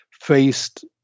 faced